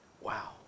Wow